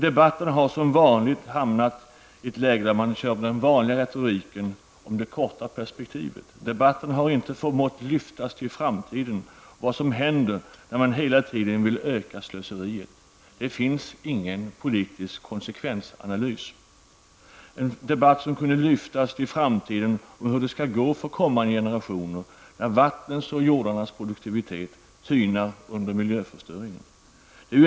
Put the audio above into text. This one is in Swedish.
Debatten har som vanligt hamnat i ett läge där man använder sig av den vanliga retoriken om det korta perspektivet. Debatten har inte förmått lyftas till framtiden och vad som händer när man hela tiden vill öka slöseriet. Det finns ingen politisk konsekvensanalys. Debatten kunde ha lyfts till att handla om framtiden och om hur det skall gå för kommande generationer när vattnens och jordarnas produktivitet tynar under miljöförstöringen.